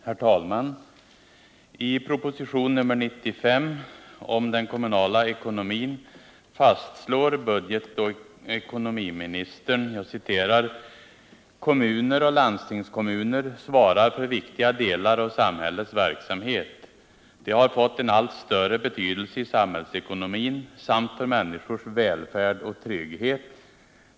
Herr talman! I propositionen 95 om den kommunala ekonomin fastslår budgetoch ekonomiministern: ”Kommuner och landstingskommuner svarar för viktiga delar av samhällets verksamhet. De har fått en allt större betydelse i samhällsekonomin samt för människors välfärd och trygghet.